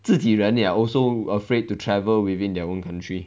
自己人 they are also afraid to travel within their own country